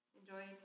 enjoy